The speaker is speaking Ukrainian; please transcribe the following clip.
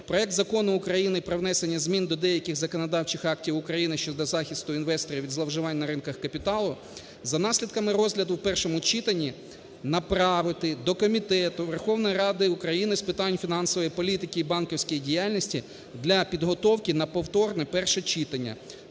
проект Закону України про внесення змін до деяких законодавчих актів України щодо захисту інвесторів від зловживань на ринках капіталу за наслідками розгляду в першому читанні направити до Комітету Верховної Ради України з питань фінансової політики і банківської діяльності для підготовки на повторне перше читання